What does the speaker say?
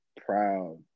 proud